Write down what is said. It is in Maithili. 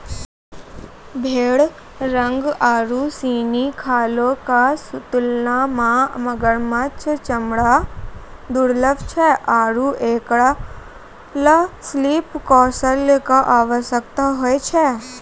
भेड़ रंग आरु सिनी खालो क तुलना म मगरमच्छ चमड़ा दुर्लभ छै आरु एकरा ल शिल्प कौशल कॅ आवश्यकता होय छै